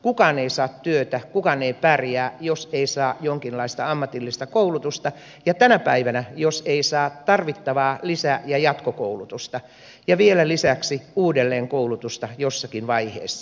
kukaan ei saa työtä kukaan ei pärjää jos ei saa jonkinlaista ammatillista koulutusta ja tänä päivänä jos ei saa tarvittavaa lisä ja jatkokou lutusta ja vielä lisäksi uudelleenkoulutusta jossakin vaiheessa